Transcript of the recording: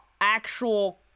actual